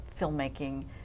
filmmaking